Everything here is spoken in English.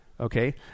Okay